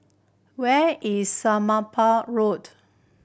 where is Somapah Road